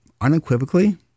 unequivocally